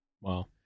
Wow